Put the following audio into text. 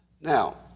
Now